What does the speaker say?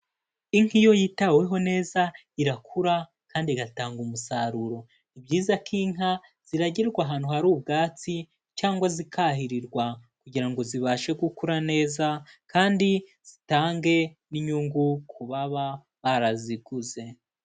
Inka iyo yitaweho neza, irakura kandi igatanga umusaruro. Ni ibyiza ko inka ziragirwa ahantu hari ubwatsi cyangwa zikahirirwa kugira ngo zibashe gukura neza kandi zitange n'inyungu ku baba baraziguze.